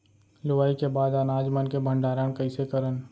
लुवाई के बाद अनाज मन के भंडारण कईसे करन?